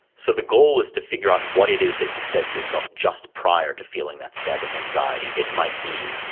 so the goal is to figure out what it is that you said to yourself just prior to feeling that stab of anxiety. it might be,